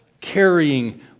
carrying